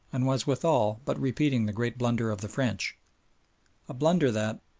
and was withal but repeating the great blunder of the french a blunder that,